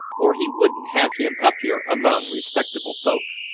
or he wouldn't have him up here among respectable folk.